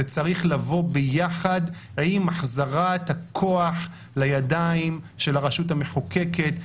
זה צריך לבוא ביחד עם החזרת הכוח לידיים של הרשות המחוקקת.